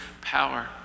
power